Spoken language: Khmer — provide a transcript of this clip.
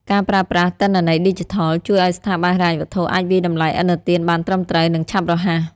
ការប្រើប្រាស់ទិន្នន័យឌីជីថល ជួយឱ្យស្ថាប័នហិរញ្ញវត្ថុអាចវាយតម្លៃឥណទានបានត្រឹមត្រូវ និងឆាប់រហ័ស។